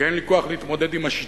כי אין לי כוח להתמודד עם השיטה,